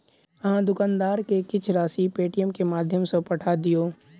अहाँ दुकानदार के किछ राशि पेटीएमम के माध्यम सॅ पठा दियौ